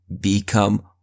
become